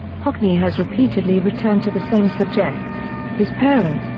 hockney has repeatedly returned to the same subjects his parents,